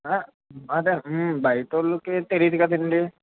బయట వాళ్ళకి తెలీదు కదండి